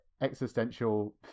existential